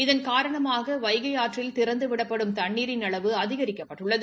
இதன் காரணமாக வைகை ஆற்றில் திறந்துவிடப்படும் தண்ணீரின் அளவு அதிகரிக்கப்பட்டுள்ளது